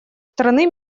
стороны